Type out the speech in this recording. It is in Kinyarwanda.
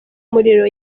muriro